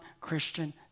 Christian